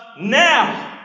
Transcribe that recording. now